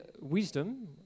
wisdom